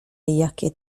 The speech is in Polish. jakie